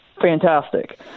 fantastic